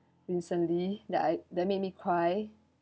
recently that I that made me cry